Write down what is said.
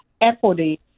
Equity